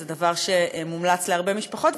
וזה דבר שמומלץ להרבה משפחות,